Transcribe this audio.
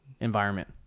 environment